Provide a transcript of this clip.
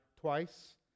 twice